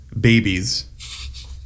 babies